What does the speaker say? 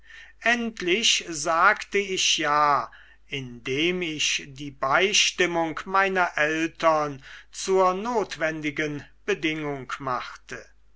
endlich sagte ich ja indem ich die beistimmung meiner eltern zur notwendigen bedingung machte